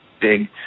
big